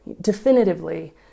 definitively